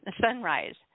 sunrise